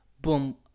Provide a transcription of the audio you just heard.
boom